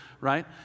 right